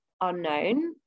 unknown